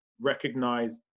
recognize